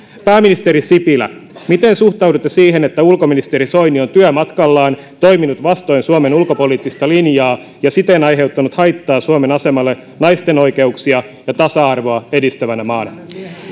pääministeri sipilä miten suhtaudutte siihen että ulkoministeri soini on työmatkallaan toiminut vastoin suomen ulkopoliittista linjaa ja siten aiheuttanut haittaa suomen asemalle naisten oikeuksia ja tasa arvoa edistävänä maana